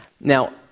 Now